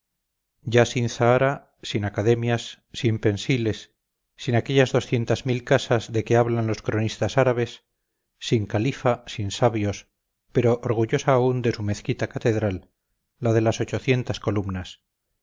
ya sin zahara sin academias sin pensiles sin aquellas doscientas mil casas de que hablan los cronistas árabes sin califa sin sabios pero orgullosa aún de su mezquita catedral la de las ochocientas columnas